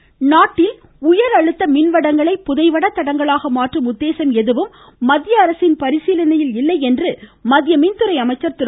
சிங் நாட்டில் உயர் அழுத்த மின்வடங்களை புதைவட தடங்களாக மாற்றும் உத்தேசம் எதுவும் மத்திய அரசின் பரிசீலனையில் இல்லை என்று மத்திய மின்துறை அமைச்சர் திரு